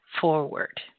forward